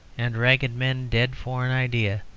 and ragged men dead for an idea,